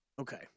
Okay